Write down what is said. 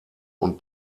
und